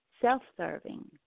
self-serving